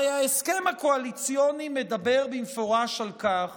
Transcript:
הרי ההסכם הקואליציוני מדבר במפורש על כך